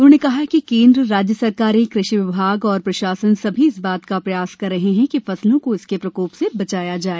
उन्होंने कहा कि केंद्र राज्य सरकारें कृषि विभाग और प्रशासन सभी इस बात का प्रयास कर रहे हैं कि फसलों को इसके प्रकोप से बचाया जाए